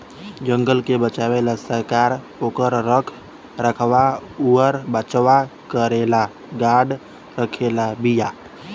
जंगल के बचावे ला सरकार ओकर रख रखाव अउर बचाव करेला गार्ड रखले बिया